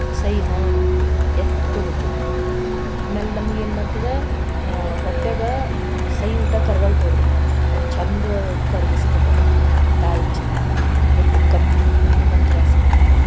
ಸೈಹಾ ಎತ್ತಿ ತೊಗೊತದು ಆಮೇಲೆ ನಮಗೆ ಏನು ಮಾಡ್ತದ ಹೊಟ್ಟೆಗೆ ಸೈ ಊಟ ಕರಗಲ್ದು ನೋಡ್ರಿ ಅದು ಚೆಂದ ಕರಗಿಸ್ತದದು ದಾಲ್ಚಿನಿ ಘಮ್ ಅಂತ ವಾಸ್ನೆ ಬರ್ತದ